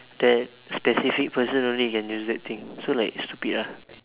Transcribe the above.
that specific person only can use that thing so like stupid ah